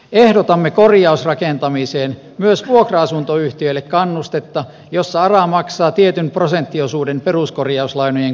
ehdotamme korjausrakentamiseen myös vuokra asuntoyhtiöille kannustetta jossa ara maksaa tietyn prosenttiosuuden peruskorjauslainojen koroista